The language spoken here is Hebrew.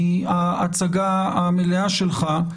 לאחר ההצגה המלאה שלך,